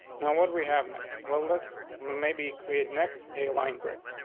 now what we have next. well, let's maybe created next a line break,